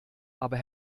aber